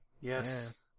Yes